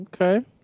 Okay